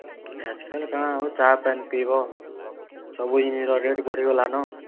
ଆଜ୍କାଲ୍ କାଁ ଆଉ ଚା' ପାନ୍ ପିଇବ ସବୁ ଜିନିଷର ତ ରେଟ୍ ବଢ଼ିଗଲାନ